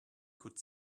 could